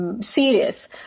Serious